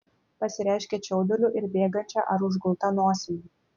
pasireiškia čiauduliu ir bėgančia ar užgulta nosimi